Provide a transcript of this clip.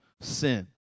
sin